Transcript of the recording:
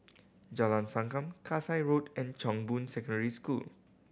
Jalan Sankam Kasai Road and Chong Boon Secondary School